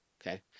Okay